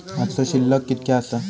आजचो शिल्लक कीतक्या आसा?